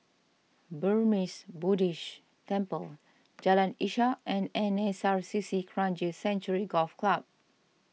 Burmese Buddhist Temple Jalan Ishak and N S R C C Kranji Sanctuary Golf Club